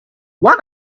why